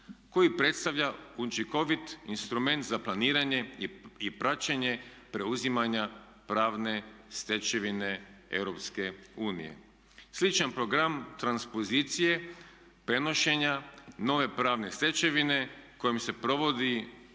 koji predstavlja učinkovit instrument za planiranje i praćenje preuzimanja pravne stečevine Europske unije. Sličan program transpozicije prenošenja nove pravne stečevine kojom se provodi